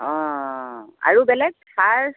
অঁ আৰু বেলেগ সাৰ